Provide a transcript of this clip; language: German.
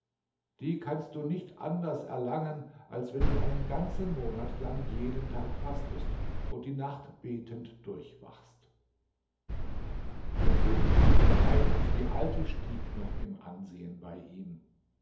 die kannst du nicht anders erlangen als wenn du einen ganzen monat lang jeden tag fastest und die nacht betend durchwachst der erzähler hat vergessen daß sie früher nach omars brief die einkünfte von damaskus forderte der könig willigte ein und die alte stieg noch im ansehen bei ihm